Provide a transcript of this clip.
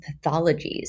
pathologies